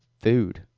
Food